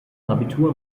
abitur